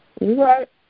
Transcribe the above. right